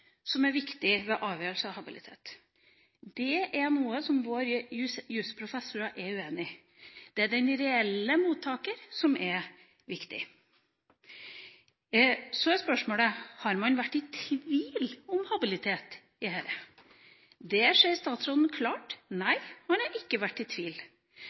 som er viktig ved avgjørelser om habilitet. Det er noe som våre jusprofessorer er uenig i. Det er den reelle mottaker som er viktig. Så er spørsmålet: Har man vært i tvil om habiliteten i denne saken? Der sier statsråden klart at nei, han har ikke vært i tvil,